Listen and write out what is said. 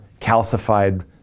calcified